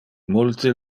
multe